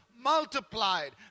Multiplied